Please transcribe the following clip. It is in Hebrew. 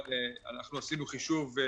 כמובן שיכול להיות שהוא זורק חלק מהסיגריה,